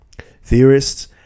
Theorists